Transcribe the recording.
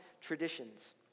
traditions